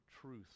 truth